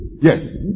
Yes